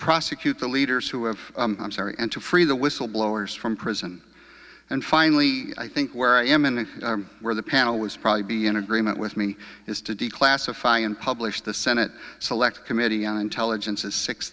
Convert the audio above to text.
prosecute the leaders who have i'm sorry and to free the whistleblowers from prison and finally i think where i am and where the panel was probably be in agreement with me is to declassify and publish the senate select committee on intelligence it's six